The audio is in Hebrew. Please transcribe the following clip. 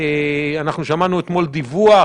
אנחנו שמענו אתמול דיווח